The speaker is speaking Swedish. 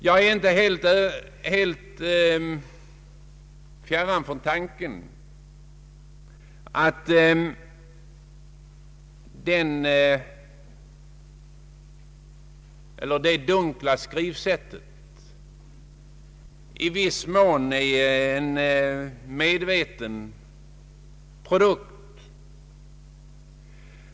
Jag är inte helt fjärran från tanken att det dunkla skrivsättet i viss mån är en medveten produkt.